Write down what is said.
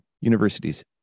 universities